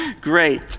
Great